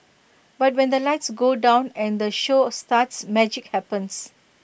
but when the lights go down and the show starts magic happens